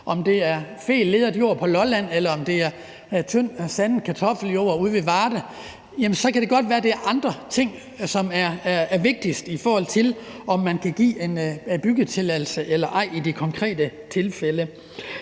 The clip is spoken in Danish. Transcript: om det er fed, leret jord på Lolland, eller om det er tynd, sandet kartoffeljord ude ved Varde. Så kan det godt være, det er andre ting, som er det vigtigste, i forhold til om man kan give en byggetilladelse eller ej i de konkrete tilfælde.